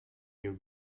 you